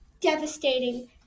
devastating